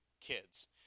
Kids